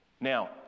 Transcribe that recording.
Now